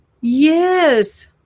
Yes